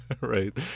Right